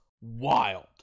wild